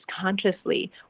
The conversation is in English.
consciously